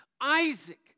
Isaac